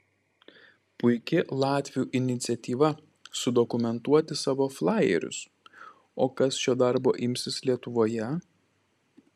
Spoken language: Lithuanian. puiki latvių iniciatyva sudokumentuoti savo flajerius o kas šio darbo imsis lietuvoje